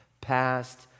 past